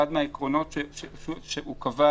אחד העקרונות שהוא קבע